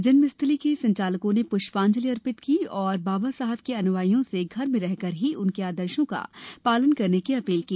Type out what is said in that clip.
जन्मस्थली के संचालकों ने पुष्पांजलि अर्पित की और बाबासाहेब के अनुयायियों से घर में रहकर ही उनके आदर्शों का पालन करने की अपील की